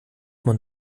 man